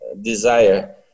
desire